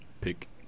pick